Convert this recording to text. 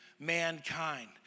mankind